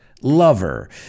lover